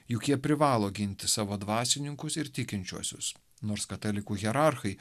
juk jie privalo ginti savo dvasininkus ir tikinčiuosius nors katalikų hierarchai